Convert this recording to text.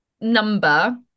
number